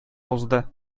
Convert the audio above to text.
узды